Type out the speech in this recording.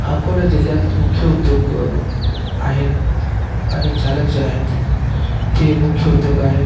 अकोला जिल्ह्यात मुख्य उद्योग आहेत आणि चालक जे आहेत ते मुख्य उद्योग आहेत